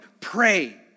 pray